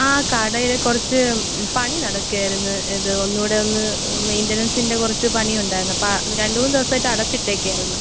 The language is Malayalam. ആ കടയിൽ കുറച്ച് പണി നടക്കുകയായിരുന്നു ഇത് ഒന്നൂടെ ഒന്ന് മെയ്ന്റനൻസിന്റെ കുറച്ച് പണി ഉണ്ടായിരുന്നു അപ്പം രണ്ടൂ മൂന്നു ദിവസമായിട്ട് അടച്ചിട്ടിരിക്കുകയായിരുന്നു